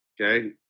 Okay